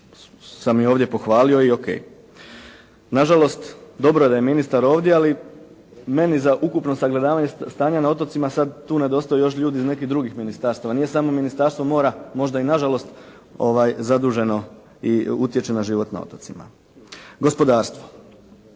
sam i ovdje pohvalio i o.k. Na žalost, dobro da je ministar ovdje, ali meni za ukupno sagledavanje stanja na otocima sad tu nedostaju još ljudi iz nekih drugih ministarstava. Nije samo Ministarstvo mora, možda i na žalost zaduženo i utječe na život na otocima. Gospodarstvo.